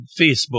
Facebook